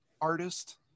artist